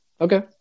Okay